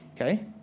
Okay